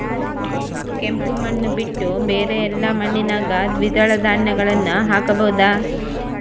ಕೆಂಪು ಮಣ್ಣು ಬಿಟ್ಟು ಬೇರೆ ಎಲ್ಲಾ ಮಣ್ಣಿನಾಗ ದ್ವಿದಳ ಧಾನ್ಯಗಳನ್ನ ಹಾಕಬಹುದಾ?